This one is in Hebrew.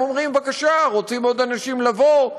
הם אומרים: בבקשה, רוצים עוד אנשים לבוא?